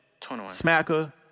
smacker